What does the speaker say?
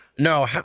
No